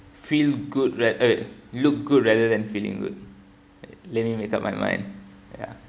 feel good rath~ ah wait look good rather than feeling good let me make up my mind